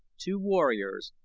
two warriors,